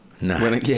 No